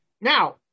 Now